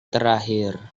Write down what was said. terakhir